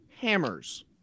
hammers